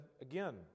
again